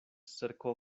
cercó